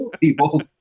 people